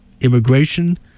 immigration